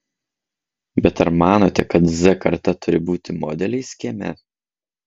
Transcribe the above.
bet ar manote kad z karta turi būti modeliais kieme